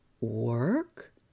work